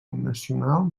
nacional